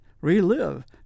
Relive